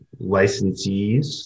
licensees